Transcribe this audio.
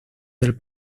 del